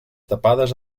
tapades